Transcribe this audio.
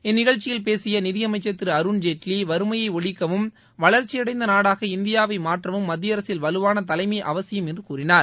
இந்நிகழ்ச்சியில் பேசிய நிதி அமைச்சர் திரு அருண்ஜேட்லி வறுமையை ஒழிக்கவும் வளர்ச்சி அடைந்த நாடாக இந்தியாவை மாற்றவும் மத்திய அரசில் வலுவான தலைமை அவசியம் என்று கூறினார்